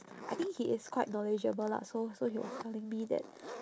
I think he is quite knowledgeable lah so so he was telling me that